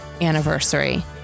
anniversary